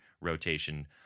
rotation